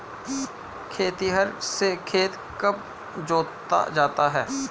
खेतिहर से खेत कब जोता जाता है?